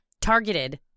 Targeted